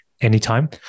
anytime